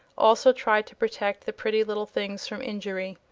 also tried to protect the pretty little things from injury.